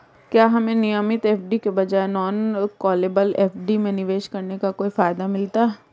क्या हमें नियमित एफ.डी के बजाय नॉन कॉलेबल एफ.डी में निवेश करने का कोई फायदा मिलता है?